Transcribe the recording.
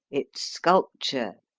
its sculpture,